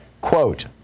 Quote